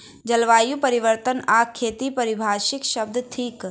जलवायु परिवर्तन आ खेती पारिभाषिक शब्द थिक